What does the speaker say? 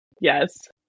Yes